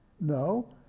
No